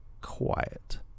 quiet